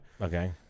Okay